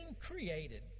created